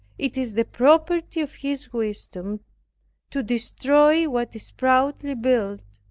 it is the property of his wisdom to destroy what is proudly built,